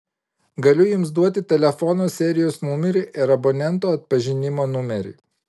galiu jums duoti telefono serijos numerį ir abonento atpažinimo numerį